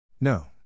No